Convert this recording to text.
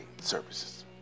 services